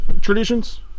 traditions